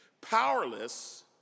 Powerless